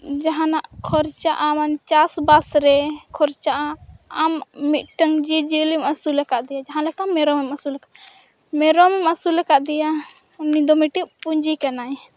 ᱡᱟᱦᱟᱱᱟᱜ ᱠᱷᱚᱨᱪᱟ ᱟᱢᱟᱜ ᱪᱟᱥᱵᱟᱥᱨᱮ ᱠᱷᱚᱨᱪᱟᱜᱼᱟ ᱟᱢ ᱢᱤᱫᱴᱮᱱ ᱡᱤᱵᱽᱼᱡᱤᱭᱟᱹᱞᱤᱢ ᱟᱹᱥᱩᱞ ᱟᱠᱟᱫᱮᱭᱟ ᱡᱟᱦᱟᱸᱞᱮᱠᱟ ᱢᱮᱨᱚᱢᱮᱢ ᱟᱹᱥᱩᱞ ᱢᱮᱨᱚᱢ ᱟᱹᱥᱩᱞ ᱟᱠᱟᱫᱮᱭᱟ ᱩᱱᱤᱫᱚ ᱢᱤᱫᱴᱮᱱ ᱯᱩᱸᱡᱤ ᱠᱟᱱᱟᱭ